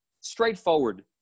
straightforward